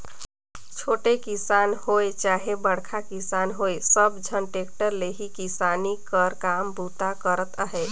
छोटे किसान होए चहे बड़खा किसान होए सब झन टेक्टर ले ही किसानी कर काम बूता करत अहे